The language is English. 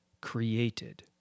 created